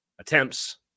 attempts